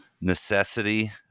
necessity